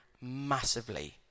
massively